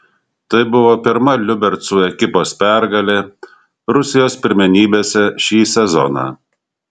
tai buvo pirma liubercų ekipos pergalė rusijos pirmenybėse šį sezoną